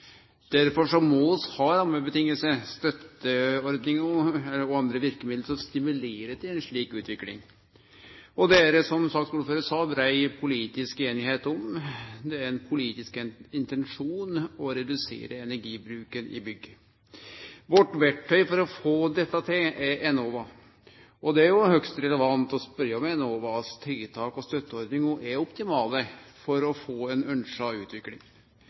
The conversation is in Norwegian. Derfor må vi ha rammevilkår, støtteordningar og andre verkemiddel som stimulerer til ei slik utvikling. Dette er det, som saksordføraren sa, brei politisk einigheit om. Det er ein politisk intensjon å redusere energibruken i bygg. Vårt verktøy for å få dette til er Enova. Det er jo høgst relevant å spørje om Enovas tiltak og støtteordningar er optimale for å få ei ønskt utvikling.